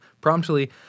promptly